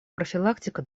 профилактика